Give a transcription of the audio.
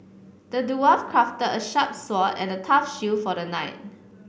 the dwarf crafted a sharp sword and a tough shield for the knight